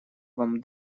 вам